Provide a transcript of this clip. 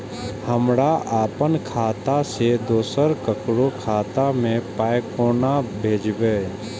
हमरा आपन खाता से दोसर ककरो खाता मे पाय कोना भेजबै?